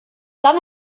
dann